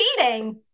cheating